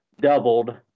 doubled